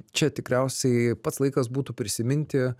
čia tikriausiai pats laikas būtų prisiminti